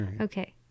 Okay